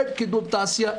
אין קידום תעשייה,